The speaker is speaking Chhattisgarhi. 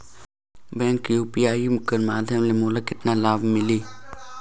बैंक यू.पी.आई कर माध्यम ले मोला कतना लाभ मिली?